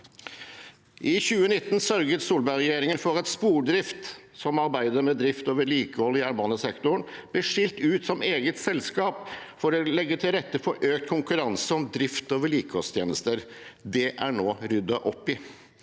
I 2019 sørget Solberg-regjeringen for at Spordrift, som arbeider med drift og vedlikehold i jernbanesektoren, ble skilt ut som et eget selskap for å legge til rette for økt konkurranse om drift og vedlikeholdstjenester. Det er nå ryddet opp i.